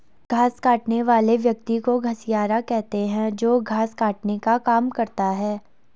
घास काटने वाले व्यक्ति को घसियारा कहते हैं जो घास काटने का काम करता है